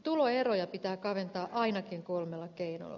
tuloeroja pitää kaventaa ainakin kolmella keinolla